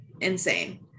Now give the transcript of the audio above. insane